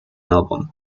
album